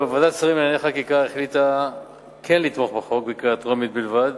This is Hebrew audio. ועדת שרים לענייני חקיקה החליטה לתמוך בחוק בקריאה טרומית בלבד,